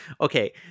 Okay